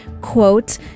quote